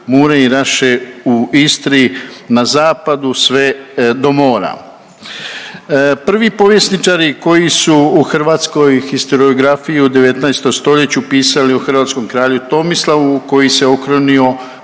Mure i Raše u Istri na zapadu sve do mora. Prvi povjesničari koji su u Hrvatskoj historiografiju 19. stoljeću pisali o hrvatskom kralju Tomislavu koji se okrunio